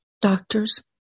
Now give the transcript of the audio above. doctors